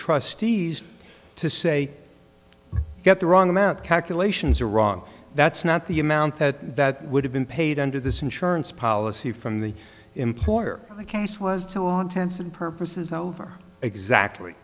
trustees to say get the wrong amount calculations are wrong that's not the amount that that would have been paid under this insurance policy from the employer the case was so intense and purposes over exactly